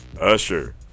Usher